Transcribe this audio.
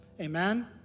Amen